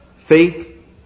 faith